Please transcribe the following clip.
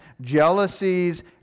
jealousies